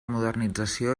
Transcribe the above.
modernització